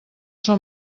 són